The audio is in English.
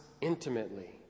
intimately